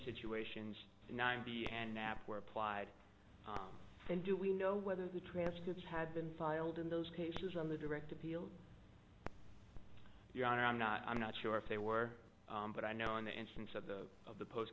situations ninety and nap were applied and do we know whether the transcripts had been filed in those cases on the direct appeal your honor i'm not i'm not sure if they were but i know in the instance of the of the post